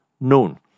known